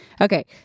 Okay